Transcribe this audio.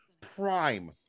Prime